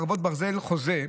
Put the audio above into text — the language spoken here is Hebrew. חרבות ברזל) (חוזה,